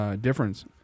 Difference